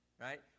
right